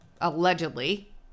allegedly